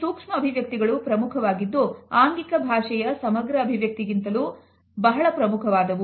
ಈ ಸೂಕ್ಷ್ಮ ಅಭಿವ್ಯಕ್ತಿಗಳು ಪ್ರಮುಖವಾಗಿದ್ದು ಆಂಗಿಕ ಭಾಷೆಯ ಸಮಗ್ರ ಅಭಿವ್ಯಕ್ತಿಗಳಿಗಿಂತಲೂ ಬಹಳ ಪ್ರಮುಖವಾದವು